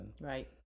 Right